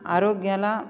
आरोग्याला